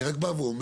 אני רק בא ואומר,